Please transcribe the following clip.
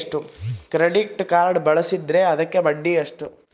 Credit card ಬಳಸಿದ್ರೇ ಅದಕ್ಕ ಬಡ್ಡಿ ಎಷ್ಟು?